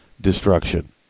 Destruction